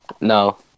No